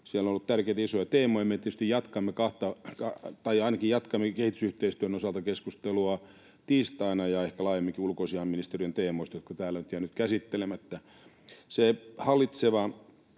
Siellä on ollut tärkeitä isoja teemoja, me tietysti jatkamme kahta, tai ainakin jatkamme kehitysyhteistyön osalta keskustelua tiistaina ja ehkä laajemminkin ulkoasiainministeriön teemoista, jotka täällä on nyt jäänyt käsittelemättä.